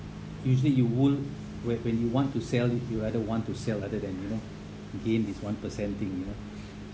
usually you would whe~ when you want to sell if you rather want to sell rather than you know gain this one percent thing you know